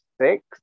six